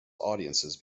audiences